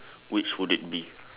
which would it be